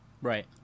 Right